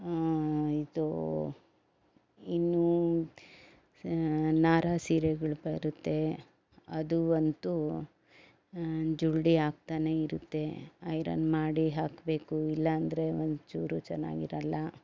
ಇದು ಇನ್ನು ನಾರ ಸೀರೆಗಳು ಬರುತ್ತೆ ಅದು ಅಂತೂ ಜೊಂಡೆ ಆಗ್ತಾನೆ ಇರುತ್ತೆ ಐರನ್ ಮಾಡಿ ಹಾಕಬೇಕು ಇಲ್ಲ ಅಂದರೆ ಒಂದ್ಚೂರು ಚೆನ್ನಾಗಿರಲ್ಲ